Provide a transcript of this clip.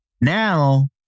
Now